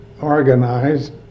organized